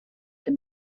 dem